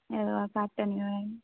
एह्दे कोला दा घट्ट निं होनी